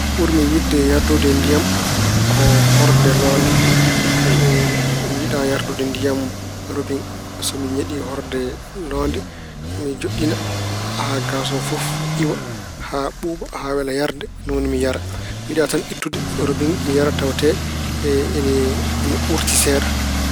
Ɓurmi yiɗde yardude ndiyam ko horde loonde. mi yiɗaa yardude ndiyam robiŋ. So mi ñeɗi horde loonde, mi njoɗɗina haa gaas o fof iwa, haa ɓuuɓa, haa wela yarde. Ni woni mi yara. Mi yiɗaa tan ittude robiŋ mi yara. Tawatee e- ene uurti seeɗa.